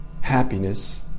happiness